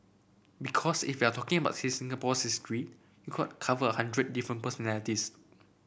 because if you're talking about Singapore's history you could cover a hundred different personalities